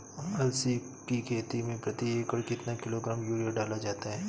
अलसी की खेती में प्रति एकड़ कितना किलोग्राम यूरिया डाला जाता है?